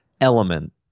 element